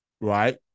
right